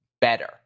better